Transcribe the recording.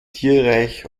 tierreich